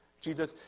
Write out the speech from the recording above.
Jesus